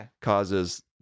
causes